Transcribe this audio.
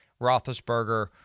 Roethlisberger